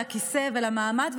לכיסא ולמעמד,